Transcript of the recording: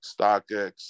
StockX